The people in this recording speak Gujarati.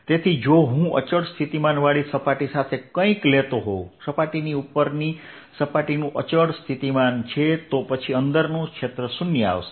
તેથી જો હું અચળ સ્થિતિમાનવાળી સપાટી સાથે કંઈક લેતો હોઉં સપાટીની ઉપરની સપાટીનું અચળ સ્થિતિમાન છે તો પછી અંદરનું ક્ષેત્ર 0 આવશે